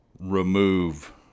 remove